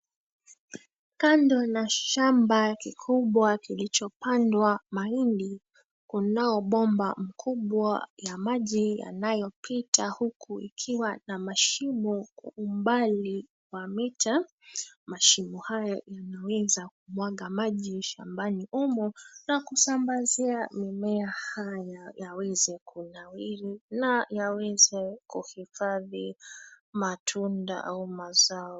Kando na shamba kikubwa kilichopandwa mahindi, kunao bomba mkubwa ya maji yanayopita huku ikiwa na mashimo kwa umbali wa mita. Mashimo haya yanaweza kumwaga maji shambani humo na kusambazia mimea haya yaweze kunawiri na yaweze kuhifadhi matunda au mazao.